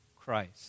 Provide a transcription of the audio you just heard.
Christ